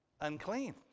unclean